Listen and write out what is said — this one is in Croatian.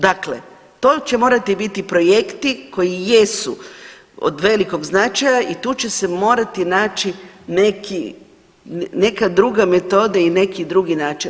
Dakle, to će morati biti projekti koji jesu od velikog značaja i tu će se morati naći neka druga metoda i neki drugi način.